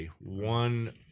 One